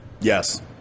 Yes